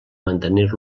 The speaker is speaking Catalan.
mantenir